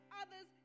others